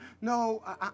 No